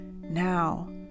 now